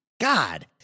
God